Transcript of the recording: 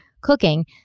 cooking